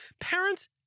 Parents